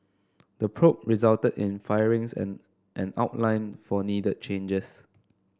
the probe resulted in firings and an outline for needed changes